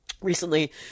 Recently